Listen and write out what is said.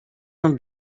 não